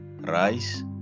rice